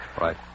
Right